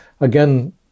again